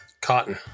Cotton